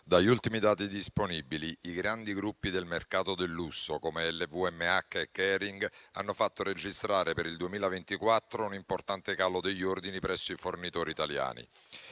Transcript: dagli ultimi dati disponibili, i grandi gruppi del mercato del lusso, come Lvmh e Kering, hanno fatto registrare per il 2024 un importante calo degli ordini presso i fornitori italiani.